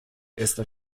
esta